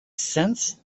sense